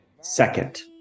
Second